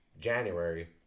January